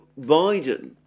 Biden